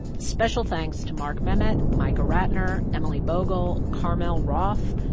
special thanks to mark memmott, michael ratner, emily bogle, carmel wroth,